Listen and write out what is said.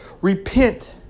Repent